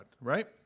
right